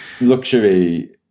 Luxury